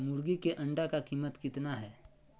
मुर्गी के अंडे का कीमत कितना है?